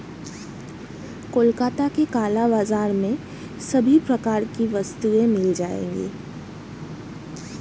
कोलकाता के काला बाजार में सभी प्रकार की वस्तुएं मिल जाएगी